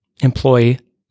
employee